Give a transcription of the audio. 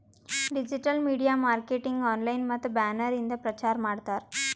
digital media marketing online ಮತ್ತ banner ಇಂದ ಪ್ರಚಾರ್ ಮಾಡ್ತಾರ್